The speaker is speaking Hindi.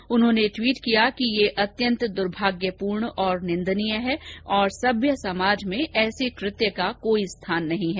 श्री गहलोत ने ट्वीट किया यह अत्यंत दुर्भाग्यपूर्ण और निदनीय है सम्य समाज में ऐसे कृत्य का कोई स्थान नहीं है